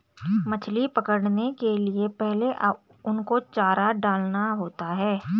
मछली पकड़ने के लिए पहले उनको चारा डालना होता है